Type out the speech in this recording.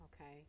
okay